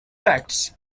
facts